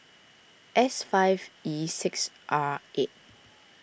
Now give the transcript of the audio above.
S five E six R eight